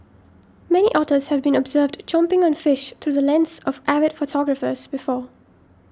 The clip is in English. many otters have been observed chomping on fish through the lens of avid photographers before